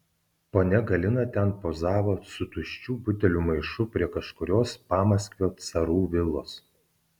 ponia galina ten pozavo su tuščių butelių maišu prie kažkurios pamaskvio carų vilos